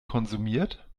konsumiert